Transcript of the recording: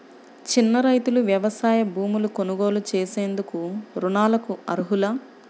చిన్న రైతులు వ్యవసాయ భూములు కొనుగోలు చేసేందుకు రుణాలకు అర్హులా?